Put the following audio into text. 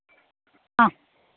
ആ